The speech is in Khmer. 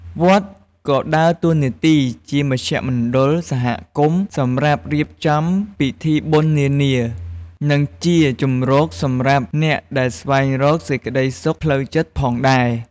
វត្តក៏ដើរតួនាទីជាមជ្ឈមណ្ឌលសហគមន៍សម្រាប់រៀបចំពិធីបុណ្យនានា និងជាជម្រកសម្រាប់អ្នកដែលស្វែងរកសេចក្ដីសុខផ្លូវចិត្តផងដែរ។